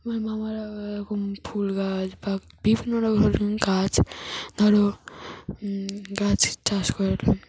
আমার মামারা এরকম ফুল গাছ বা বিভিন্ন রকম ধরো গাছ ধরো গাছ চাষ করল